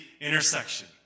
intersection